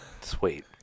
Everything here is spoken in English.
Sweet